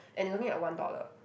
and it's only like one dollar